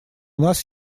нас